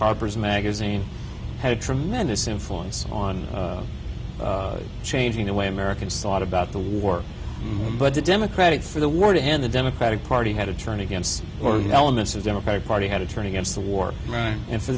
harper's magazine had a tremendous influence on changing the way americans thought about the war but the democratic for the war to end the democratic party had to turn against foreign elements of democratic party had to turn against the war and for